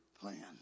plan